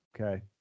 Okay